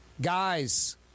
Guys